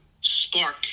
spark